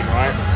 right